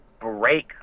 break